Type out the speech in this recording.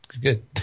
Good